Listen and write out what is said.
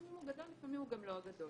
לפעמים הוא הגדול ולפעמים הוא לא הגדול,